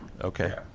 Okay